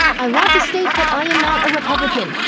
i want to state that i am not a republican.